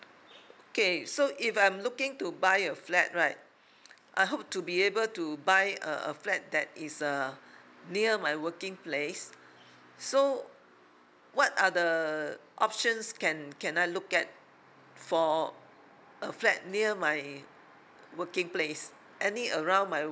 okay so if I'm looking to buy a flat right I hope to be able to buy a a flat that is uh near my working place so what are the options can can I look at for a flat near my working place any around my